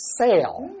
sale